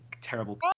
terrible